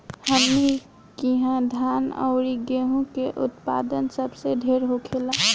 हमनी किहा धान अउरी गेंहू के उत्पदान सबसे ढेर होखेला